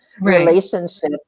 relationship